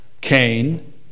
Cain